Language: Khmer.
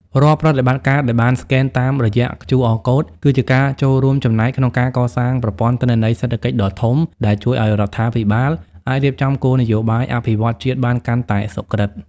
រាល់ប្រតិបត្តិការដែលបានស្កែនតាមរយៈ QR Code គឺជាការចូលរួមចំណែកក្នុងការកសាងប្រព័ន្ធទិន្នន័យសេដ្ឋកិច្ចដ៏ធំ ដែលជួយឱ្យរដ្ឋាភិបាលអាចរៀបចំគោលនយោបាយអភិវឌ្ឍន៍ជាតិបានកាន់តែសុក្រឹត។